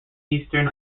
eastern